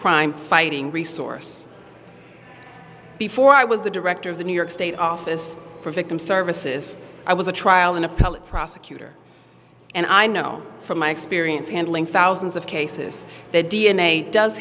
crime fighting resource before i was the director of the new york state office for victim services i was a trial an appellate prosecutor and i know from my experience handling thousands of cases that d n a does